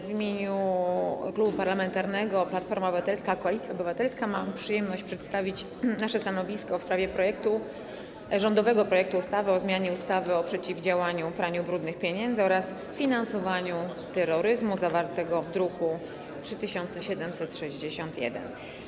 W imieniu Klubu Parlamentarnego Platforma Obywatelska - Koalicja Obywatelska mam przyjemność przedstawić stanowisko w sprawie rządowego projektu ustawy o zmianie ustawy o przeciwdziałaniu praniu pieniędzy oraz finansowaniu terroryzmu, zawartego w druku nr 3761.